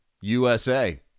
USA